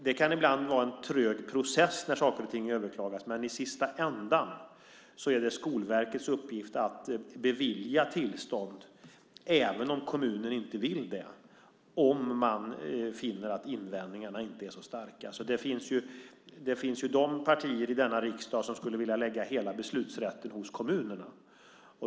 Det kan ibland vara en trög process när saker och ting överklagas, men i slutändan är det Skolverkets uppgift att bevilja tillstånd, även om kommunen inte vill det, om man finner att invändningarna inte är så starka. Det finns partier i denna riksdag som skulle vilja lägga hela beslutsrätten hos kommunerna.